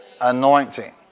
anointing